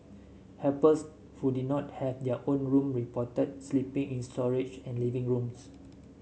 helpers who did not have their own room reported sleeping in storage and living rooms